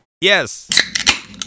Yes